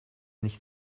nicht